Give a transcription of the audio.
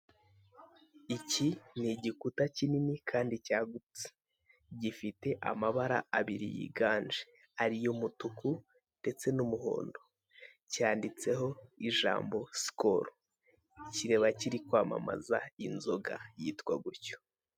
Iki ni igikuta kinini kandi cyagutse. Gifite amabara abiri yiganje ari yo umutuku ndeste n'umuhondo, cyanditseho ijambo Sikoru. Kiraba kiri kwamamaza iyo nzoga yitwa gutyo.